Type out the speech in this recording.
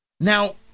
Now